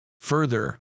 Further